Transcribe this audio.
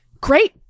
great